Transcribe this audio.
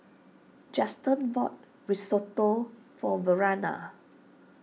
Juston bought Risotto for Verena